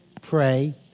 Pray